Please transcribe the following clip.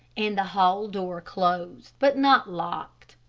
and the hall door closed, but not locked.